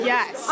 Yes